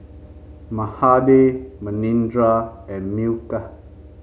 Mahade Manindra and Milkha